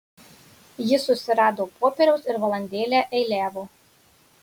jis susirado popieriaus ir valandėlę eiliavo